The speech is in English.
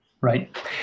Right